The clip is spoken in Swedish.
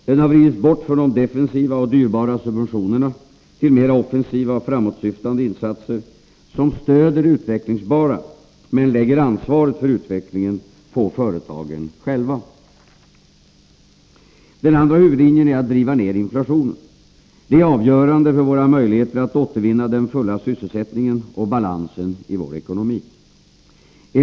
Den har vridits bort från de defensiva och dyrbara subventionerna till mera offensiva och framåtsyftande insatser, som stöder det utvecklingsbara men lägger ansvaret för utvecklingen på företagen själva. Den andra huvudlinjen är att driva ner inflationen. Det är avgörande för våra möjligheter att återvinna den fulla sysselsättningen och balansen i vår ekonomi.